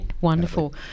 wonderful